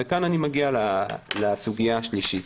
הסוגיה השלישית